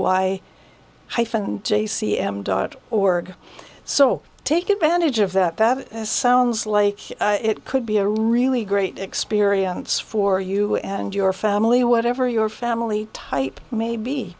y c m dot org so take advantage of that that sounds like it could be a really great experience for you and your family whatever your family type may be